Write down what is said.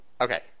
Okay